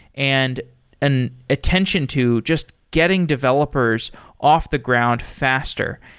and an attention to just getting developers off the ground faster,